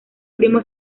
primo